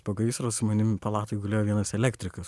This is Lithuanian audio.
po gaisro su manim palatoj gulėjo vienas elektrikas